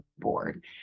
board